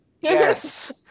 yes